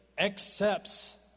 accepts